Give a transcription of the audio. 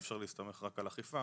אי אפשר להסתמך רק על אכיפה.